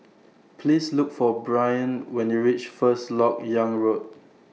Please Look For Brynn when YOU REACH First Lok Yang Road